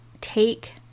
take